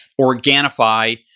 Organifi